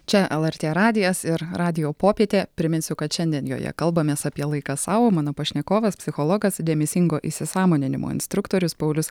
čia lrt radijas ir radijo popietė priminsiu kad šiandien joje kalbamės apie laiką sau o mano pašnekovas psichologas dėmesingo įsisąmoninimo instruktorius paulius